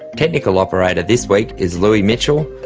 technical operator this week is louis mitchell,